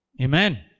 Amen